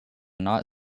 not